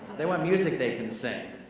they want music they can sing.